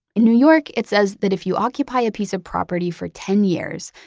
in new york, it says that if you occupy a piece of property for ten years,